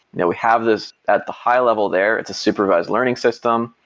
now we have this at the high-level there. it's a supervised learning system,